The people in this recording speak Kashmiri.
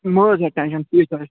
مہٕ حظ ہےٚ ٹینٛشَن ٹھیٖک آسہِ